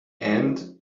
and